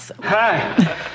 Hi